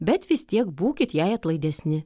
bet vis tiek būkit jai atlaidesni